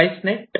device net